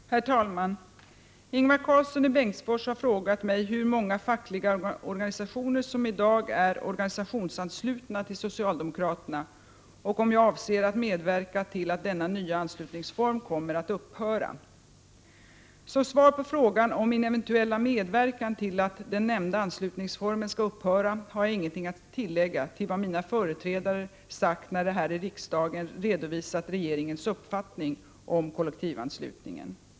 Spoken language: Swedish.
Om organisationsan Herr talman! Ingvar Karlsson i Bengtsfors har frågat mig hur många slutningen tillpolitiskt fackliga organisationer som i dag är organisationsanslutna till socialdemokra Pag terna och om jag avser att medverka till att denna nya anslutningsform kommer att upphöra. Som svar på frågan om min eventuella medverkan till att den nämnda anslutningsformen skall upphöra har jag ingenting att tillägga till vad mina företrädare sagt när de här i riksdagen redovisat regeringens uppfattning om kollektivanslutningen.